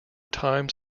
times